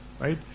right